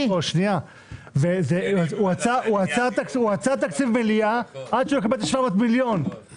הוא עצר תקציב במליאה עד שהוא יקבל את ה-700 מיליון שקל.